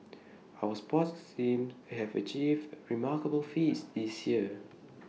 our sports teams have achieved remarkable feats this year